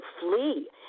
flee